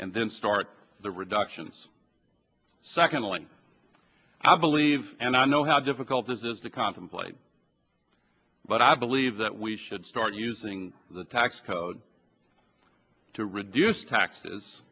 and then start the reductions secondly i believe and i know how difficult this is the contemplate but i believe that we should start using the tax code to reduce taxes